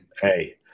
Hey